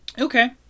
Okay